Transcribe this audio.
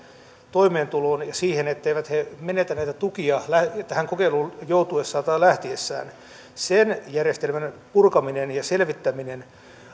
toimeentuloon ja siihen etteivät he menetä näitä tukia tähän kokeiluun joutuessaan tai lähtiessään sen järjestelmän purkaminen ja selvittäminen